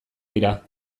dira